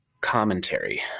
commentary